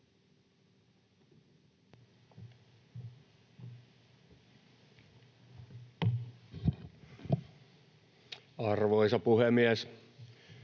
rouva puhemies!